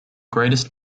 greatest